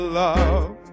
love